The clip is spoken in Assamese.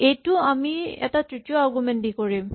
এইটো আমি তৃতীয় এটা আৰগুমেন্ট দি কৰিম